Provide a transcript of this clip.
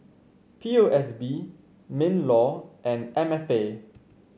P O S B Minlaw and M F A